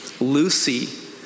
Lucy